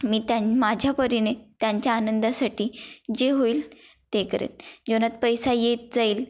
मी त्यां माझ्या परीने त्यांच्या आनंदासाठी जे होईल ते करेन जीवनात पैसा येत जाईल